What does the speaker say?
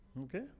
Okay